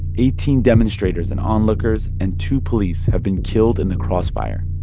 eighteen demonstrators and onlookers and two police have been killed in the crossfire.